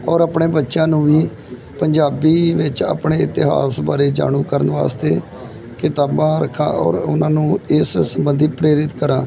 ਔਰ ਆਪਣੇ ਬੱਚਿਆਂ ਨੂੰ ਵੀ ਪੰਜਾਬੀ ਵਿੱਚ ਆਪਣੇ ਇਤਿਹਾਸ ਬਾਰੇ ਜਾਣੂ ਕਰਨ ਵਾਸਤੇ ਕਿਤਾਬਾਂ ਰੱਖਾਂ ਔਰ ਉਹਨਾਂ ਨੂੰ ਇਸ ਸੰਬੰਧੀ ਪ੍ਰੇਰਿਤ ਕਰਾਂ